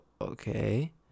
Okay